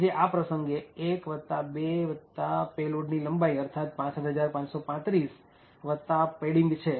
તે આ પ્રસંગે ૧ ૨ પેલોડની લંબાઈ અર્થાત ૬૫૫૩૫ પેડીંગ છે